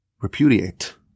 repudiate